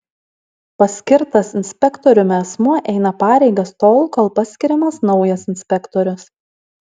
paskirtas inspektoriumi asmuo eina pareigas tol kol paskiriamas naujas inspektorius